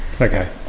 Okay